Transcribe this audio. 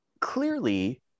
Clearly